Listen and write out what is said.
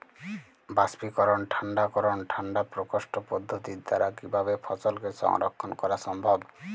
বাষ্পীকরন ঠান্ডা করণ ঠান্ডা প্রকোষ্ঠ পদ্ধতির দ্বারা কিভাবে ফসলকে সংরক্ষণ করা সম্ভব?